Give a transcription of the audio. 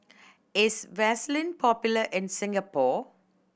is Vaselin popular in Singapore